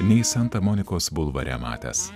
nei santa monikos bulvare matęs